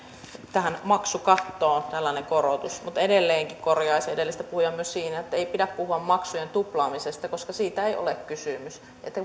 tähän maksukattoon tällainen korotus mutta edelleenkin korjaisin edellistä puhujaa myös siinä että ei pidä puhua maksujen tuplaamisesta koska siitä ei ole kysymys